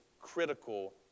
critical